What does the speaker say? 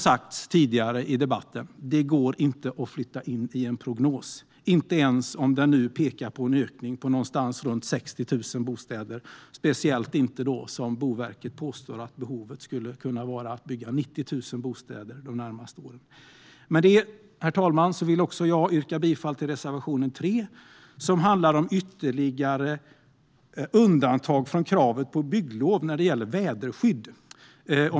Som tidigare sagts i debatten: Det går inte att flytta in i en prognos - inte ens om den pekar på en ökning på runt 60 000 bostäder, och speciellt inte då Boverket påstår att det finns behov av att bygga 90 000 bostäder de närmaste åren. Herr talman! Jag yrkar bifall till reservation 3, som handlar om ytterligare undantag från kravet på bygglov när det gäller väderskydd.